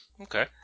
Okay